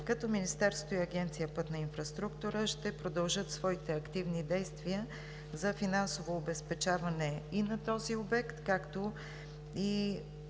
като Министерството и Агенция пътна инфраструктура ще продължат своите активни действия за финансово обезпечаване и на този обект, както и